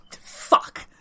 Fuck